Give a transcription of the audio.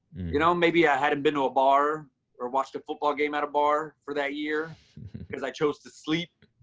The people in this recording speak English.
you know, maybe i hadn't been to a bar or watched a football game at a bar for that year because i chose to sleep.